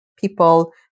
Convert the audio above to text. people